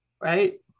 right